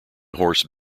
horse